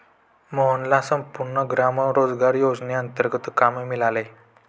मोहनला संपूर्ण ग्राम रोजगार योजनेंतर्गत काम मिळाले